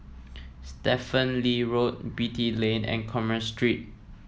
Stephen Lee Road Beatty Lane and Commerce Street